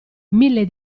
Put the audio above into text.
mille